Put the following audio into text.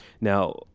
Now